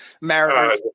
Mariners